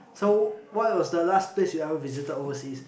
so what was the last place you ever visited overseas